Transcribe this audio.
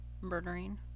murdering